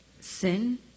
sin